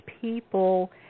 people